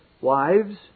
Wives